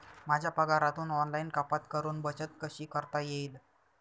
माझ्या पगारातून ऑनलाइन कपात करुन बचत कशी करता येईल?